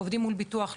עובדים מול ביטוח לאומי,